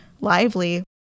lively